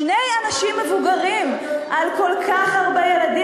שני אנשים מבוגרים, על כל כך הרבה ילדים.